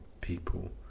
people